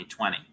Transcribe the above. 2020